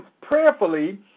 prayerfully